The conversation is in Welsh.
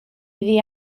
iddi